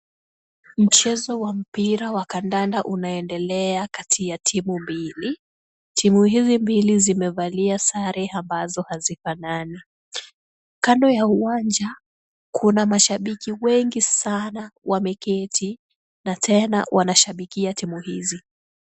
Mchezo wa mpira wa kandanda unaendelea kati ya timu mbili ,timu hizi mbili zimevalia sare ambazo hazifanani. Kando ya uwanja kuna mashabiki wengi sana wameketi na tena wanashabikia timu hizi.